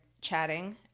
chatting